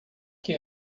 que